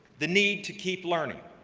the need to keep learning.